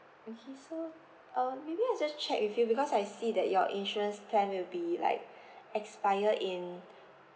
okay so uh maybe I just check with you because I see that your insurance plan will be like expire in